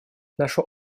наша